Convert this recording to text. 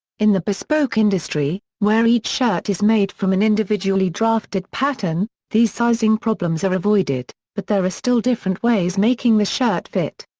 in the bespoke industry, where each shirt is made from an individually drafted pattern, these sizing problems are avoided, but there are still different ways making the shirt fit.